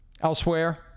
Elsewhere